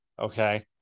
okay